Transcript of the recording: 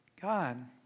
God